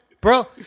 Bro